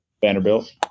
Vanderbilt